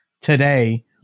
today